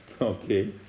Okay